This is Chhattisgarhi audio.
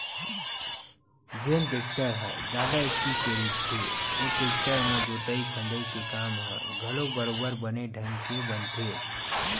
जेन टेक्टर ह जादा एच.पी के रहिथे ओ टेक्टर म जोतई फंदई के काम ह घलोक बरोबर बने ढंग के बनथे